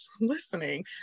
listening